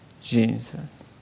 Jesus